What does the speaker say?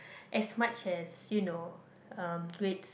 as much as you know uh grades